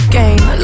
game